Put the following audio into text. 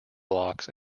blocks